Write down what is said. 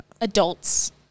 adults